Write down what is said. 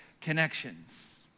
connections